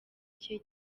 cye